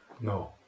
no